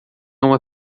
uma